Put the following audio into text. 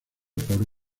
por